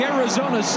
Arizona